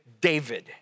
David